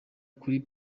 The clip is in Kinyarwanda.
kuri